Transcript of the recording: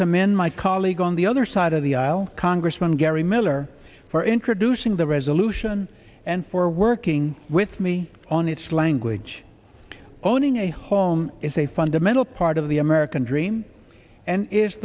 commend my colleague on the other side of the aisle congressman gary miller for introducing the resolution and for working with me on its language owning a home is a fundamental part of the american dream and is